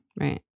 Right